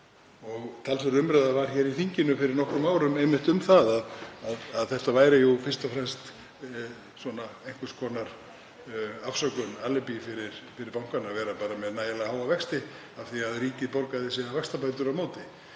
Talsverð umræða var hér í þinginu fyrir nokkrum árum einmitt um að þetta væri jú fyrst og fremst einhvers konar afsökun, „alibí“, fyrir bankann að vera bara með nægilega háa vexti af því að ríkið borgaði síðan vaxtabætur á móti.